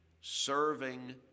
serving